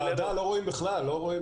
הוועדה, לא רואים בכלל.